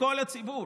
לכל הציבור